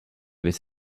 with